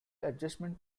adjustment